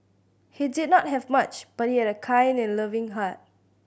he did not have much but he had a kind and loving heart